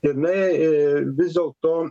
jinai ė vis dėlto